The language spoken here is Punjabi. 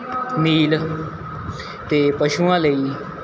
ਨੀਲ਼ ਅਤੇ ਪਸ਼ੂਆਂ ਲਈ